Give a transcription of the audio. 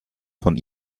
von